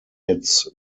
its